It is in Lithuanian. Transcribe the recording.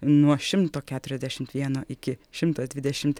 nuo šimto keturiasdešimt vieno iki šimtas dvidešimt